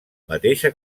mateixa